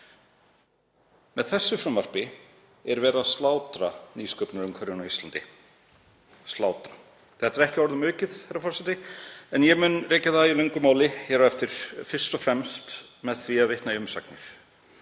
Með þessu frumvarpi er verið að slátra nýsköpunarumhverfinu á Íslandi, slátra því. Þetta er ekki orðum aukið, herra forseti, og ég mun rekja það í löngu máli hér á eftir, fyrst og fremst með því að vitna í umsagnir.